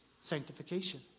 sanctification